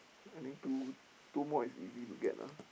I think two two more is easy to get lah